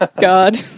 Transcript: God